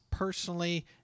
personally